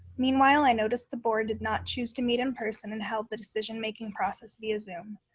meanwhile i noticed the board did not choose to meet in person and held the decision making process via zoom.